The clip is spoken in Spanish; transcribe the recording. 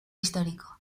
histórico